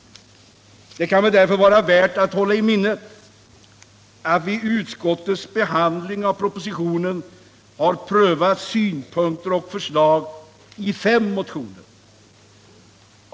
Det kan väl därför vara värt att hålla i minnet att vid utskottets behandling av propositionen har prövats synpunkter och förslag i fem motioner.